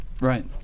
Right